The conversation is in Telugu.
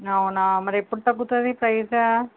అవునా మరి ఎప్పుడు తగ్గుతుంది ప్రైసు